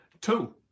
Two